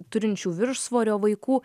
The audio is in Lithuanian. turinčių viršsvorio vaikų